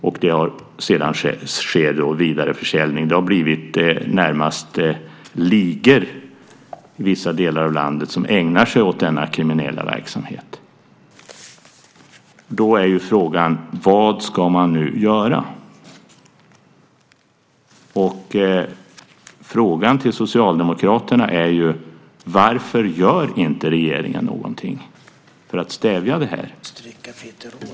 Och det sker sedan en vidareförsäljning. Det har blivit närmast ligor i vissa delar av landet som ägnar sig åt denna kriminella verksamhet. Då är frågan: Vad ska man nu göra? Frågan till Socialdemokraterna är: Varför gör inte regeringen någonting för att stävja detta?